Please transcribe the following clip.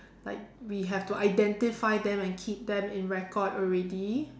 like we have to identify them and keep them in record already